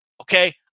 Okay